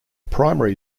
primary